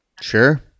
Sure